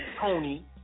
Tony